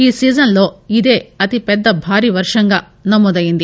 ఈ సీజన్ లో ఇదే అతిపెద్ద భారీ వర్షంగా నమోదయ్యంది